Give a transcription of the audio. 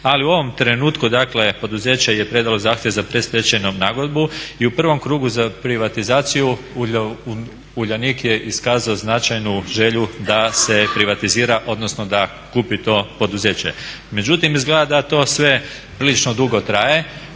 Ali u ovom trenutku poduzeće je predalo zahtjev za predstečajnu nagodbu i u prvom krugu za privatizaciju Uljanik je iskazao značajnu želju da se privatizira odnosno da kupi to poduzeće. Međutim izgleda da to sve prilično dugo traje.